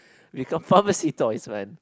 become pharmacy toys man